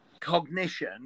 cognition